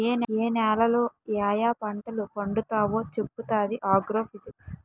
ఏ నేలలో యాయా పంటలు పండుతావో చెప్పుతాది ఆగ్రో ఫిజిక్స్